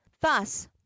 thus